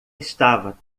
estava